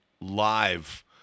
live